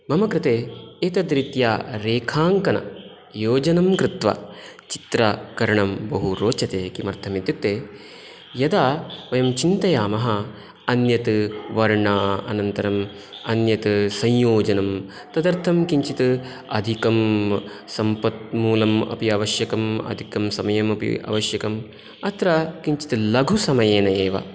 मम कृते एतद्रीत्या रेखाङ्कन योजनं कृत्वा चित्रकरणं बहु रोचते किमर्थमित्युक्ते यदा वयं चिन्तयामः अन्यत् वर्ण अनन्तरम् अन्यत् संयोजनं तदर्थं किञ्चित् अधिकं सम्पत्मूलमपि अवश्यकम् अधिकसमयमपि अवश्यकम् अत्र किञ्चित् लघुसमयेन एव